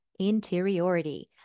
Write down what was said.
interiority